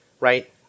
right